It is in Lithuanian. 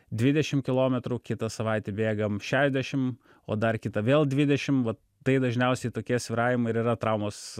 dvidešimt kilometrų kitą savaitę bėgam šešiasdešimt o dar kitą vėl dvidešimt vat tai dažniausiai tokie svyravimai ir yra traumos